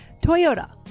toyota